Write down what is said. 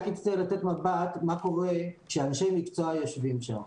מה קורה כשאנשי מקצוע יושבים שם.